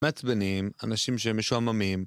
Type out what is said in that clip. מעצבנים, אנשים שהם משועממים.